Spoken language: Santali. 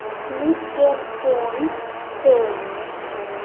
ᱢᱤᱫ ᱜᱮᱞ ᱯᱩᱱ ᱪᱟᱹᱛ